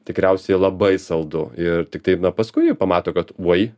tikriausiai labai saldu ir tiktai paskui jau pamato kad uoj